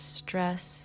stress